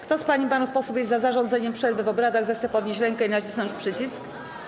Kto z pań i panów posłów jest za zarządzeniem przerwy w obradach, zechce podnieść rękę i nacisnąć przycisk.